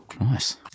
nice